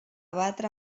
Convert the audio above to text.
batre